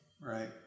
Right